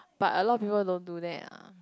but a lot of people don't do that ah